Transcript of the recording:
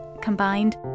Combined